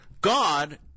God